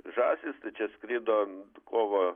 žąsys tai čia skrido kovo